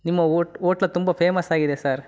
ನಿಮ್ಮ ಓಟ್ ಓಟ್ಲ್ ತುಂಬ ಫೇಮಸ್ ಆಗಿದೆ ಸರ್